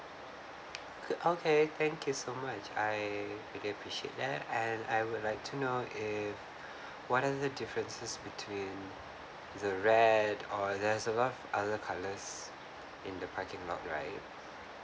okay thank you so much I really appreciate that and I would like to know if what are the differences between the red err there's a lot of other colours in the parking lot right